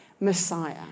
Messiah